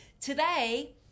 Today